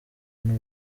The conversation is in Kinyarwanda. n’u